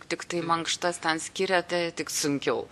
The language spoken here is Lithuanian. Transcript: tiktai mankštas ten skiriate tik sunkiau